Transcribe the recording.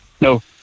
No